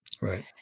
Right